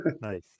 Nice